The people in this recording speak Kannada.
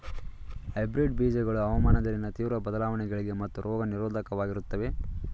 ಹೈಬ್ರಿಡ್ ಬೀಜಗಳು ಹವಾಮಾನದಲ್ಲಿನ ತೀವ್ರ ಬದಲಾವಣೆಗಳಿಗೆ ಮತ್ತು ರೋಗ ನಿರೋಧಕವಾಗಿರುತ್ತವೆ